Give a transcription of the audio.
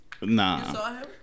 Nah